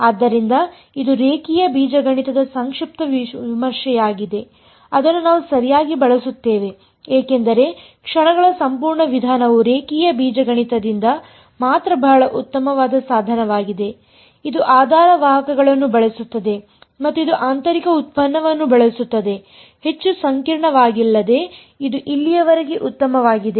ಆದ್ದರಿಂದ ಇದು ರೇಖೀಯ ಬೀಜಗಣಿತದ ಸಂಕ್ಷಿಪ್ತ ವಿಮರ್ಶೆಯಾಗಿದೆ ಅದನ್ನು ನಾವು ಸರಿಯಾಗಿ ಬಳಸುತ್ತೇವೆ ಏಕೆಂದರೆ ಕ್ಷಣಗಳ ಸಂಪೂರ್ಣ ವಿಧಾನವು ರೇಖೀಯ ಬೀಜಗಣಿತದಿಂದ ಮಾತ್ರ ಬಹಳ ಉತ್ತಮವಾದ ಸಾಧನವಾಗಿದೆ ಇದು ಆಧಾರ ವಾಹಕಗಳನ್ನು ಬಳಸುತ್ತದೆ ಮತ್ತು ಇದು ಆಂತರಿಕ ಉತ್ಪನ್ನವನ್ನು ಬಳಸುತ್ತದೆ ಹೆಚ್ಚು ಸಂಕೀರ್ಣವಾಗಿಲ್ಲದೆ ಇದು ಇಲ್ಲಿಯವರೆಗೆ ಉತ್ತಮವಾಗಿದೆ